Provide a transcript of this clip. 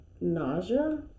nausea